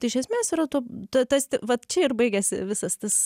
tai iš esmės yra tuo ta tas vat čia ir baigiasi visas tas